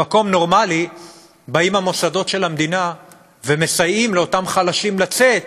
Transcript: במקום נורמלי באים המוסדות של המדינה ומסייעים לאותם חלשים לצאת